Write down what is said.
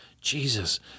Jesus